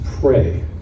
pray